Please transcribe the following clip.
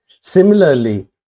Similarly